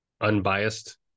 unbiased